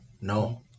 No